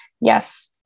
Yes